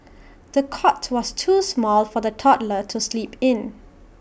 the cot was too small for the toddler to sleep in